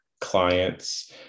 clients